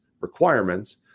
requirements